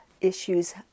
issues